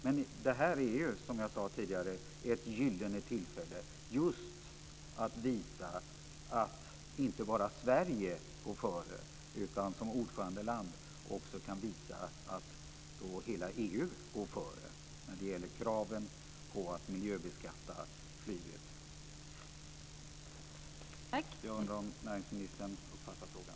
Men det här är ju, som jag sade tidigare, ett gyllene tillfälle just att visa att inte bara Sverige går före, utan som ordförandeland kan man också visa att hela EU går före när det gäller kraven på att miljöbeskatta flyget. Jag undrar om näringsministern uppfattade frågan.